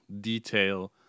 detail